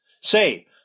Say